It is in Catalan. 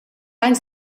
anys